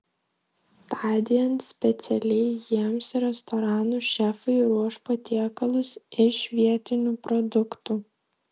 tądien specialiai jiems restoranų šefai ruoš patiekalus iš vietinių produktų